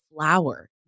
flower